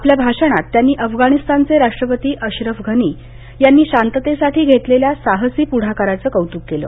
आपल्या भाषणात त्यांनी अफगाणिस्तानचे राष्ट्रपती अश्रफ घनी यांनी शांततेसाठी घेतलेल्या साहसी पुढाकाराचं कौतुक केलं